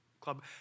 club